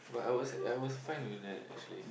but I was I was fine with that actually